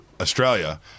Australia